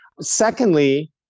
Secondly